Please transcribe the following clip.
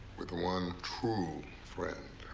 with one true friend.